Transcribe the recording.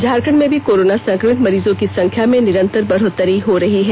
झारखंड में भी कोरोना संक्रमित मरीजों की संख्या में निरंतर बढ़ोत्तरी हो रही है